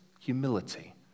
humility